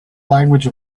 language